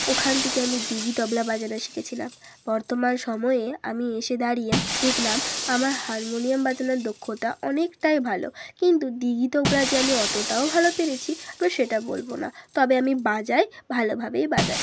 ওখান থেকে আমি দিঘি তবলা বাজানো শিখেছিলাম বর্তমান সময়ে আমি এসে দাঁড়িয়ে দেখলাম আমার হারমোনিয়াম বাজানোর দক্ষতা অনেকটাই ভালো কিন্তু দিঘি তবলা যে আমি অতোটাও ভালো পেরেছি আমি সেটা বলবো না তবে আমি বাজাই ভালোভাবেই বাজাই